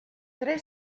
tre